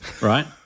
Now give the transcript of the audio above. right